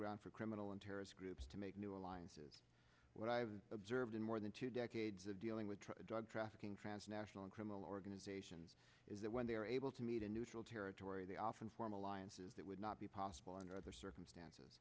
ground for criminal and terrorist groups to make new alliances what i've observed in more than two decades of dealing with drug trafficking transnational criminal organizations is that when they are able to meet a neutral territory they often form alliances that would not be possible under other circumstances